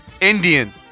Indian